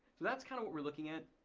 so that's kind of what we're looking at.